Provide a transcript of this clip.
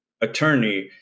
attorney